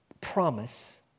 promise